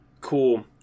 cool